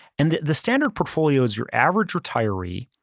and the standard portfolio as your average retiree,